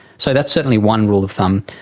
so that's certainly one rule of thumb.